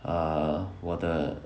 err 我的